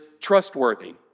trustworthy